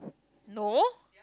no